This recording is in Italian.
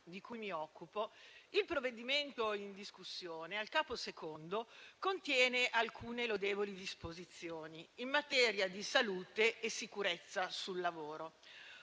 di cui mi occupo, il provvedimento in discussione, al Capo II, contiene alcune lodevoli disposizioni in materia di salute e sicurezza sul lavoro